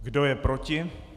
Kdo je proti?